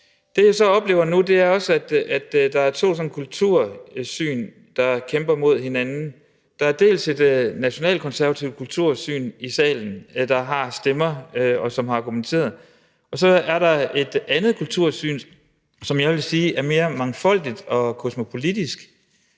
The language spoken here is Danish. så også oplever nu, er, at der er to kultursyn, der kæmper mod hinanden. Der er dels et nationalkonservativt kultursyn i salen, der har stemmer, som har argumenteret, og så er der et andet kultursyn, som jeg vil sige er mere mangfoldigt og kosmopolitisk,